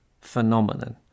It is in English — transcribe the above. phenomenon